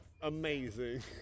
amazing